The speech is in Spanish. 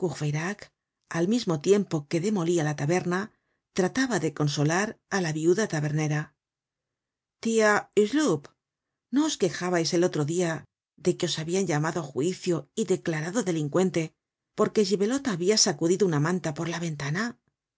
al mismo tiempo que demolía la taberna trataba de consolar á la viuda tabernera tia hucheloup no osquejábais el otro dia de que os habian llamado á juicio y declarado delincuente porque libelote habia sacudido una manta por la ventana sí